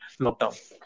lockdown